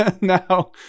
now